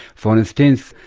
for instance,